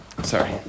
Sorry